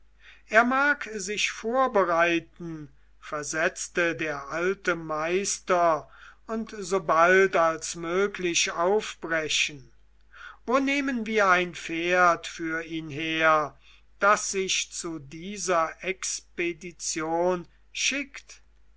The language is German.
er mag sich vorbereiten versetzte der alte meister und so bald als möglich aufbrechen wo nehmen wir ein pferd für ihn her das sich zu dieser expedition schickt